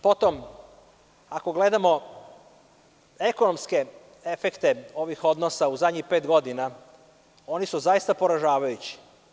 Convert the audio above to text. Potom, ako gledamo ekonomske efekte ovih odnosa u zadnjih pet godina, oni su zaista poražavajući.